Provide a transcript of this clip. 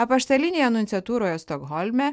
apaštalinėje nunciatūroje stokholme